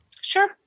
Sure